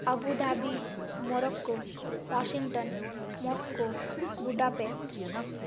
Abu Dhabi Morocco Washington Moscow Budapest